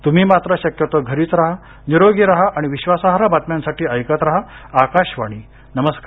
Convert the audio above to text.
तुम्ही मात्र शक्यतो घरीच राहा निरोगी राहा आणि विश्वासार्ह बातम्यांसाठी ऐकत राहा आकाशवाणी नमस्कार